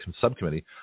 Subcommittee